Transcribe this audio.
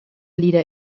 leader